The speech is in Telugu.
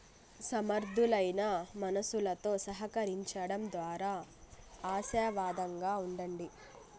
సమర్థులైన మనుసులుతో సహకరించడం దోరా ఆశావాదంగా ఉండండి